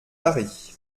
paris